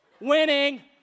Winning